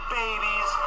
babies